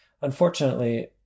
Unfortunately